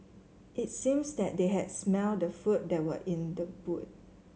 it seems that they had smelt the food that were in the boot